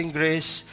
grace